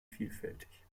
vielfältig